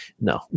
no